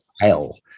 hell